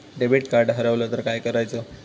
Debit card हरवल तर काय करायच?